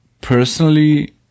personally